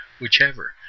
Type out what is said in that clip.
whichever